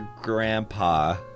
grandpa